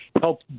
help